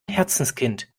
herzenskind